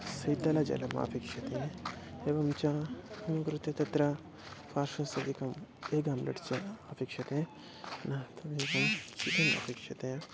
शीतलजलमपेक्षते एवं च मम कृते तत्र पार्शसलिकम् एग् आम्लेट् च अपेक्षते पुनः तमेकं चिकन् अपेक्षते